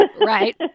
Right